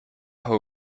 her